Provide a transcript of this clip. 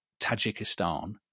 Tajikistan